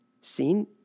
seen